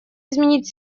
изменить